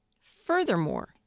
Furthermore